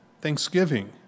thanksgiving